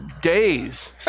days